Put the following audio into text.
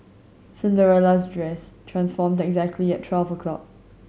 Cinderella's dress transformed exactly at twelve o'clock